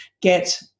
get